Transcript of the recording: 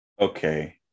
Okay